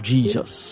Jesus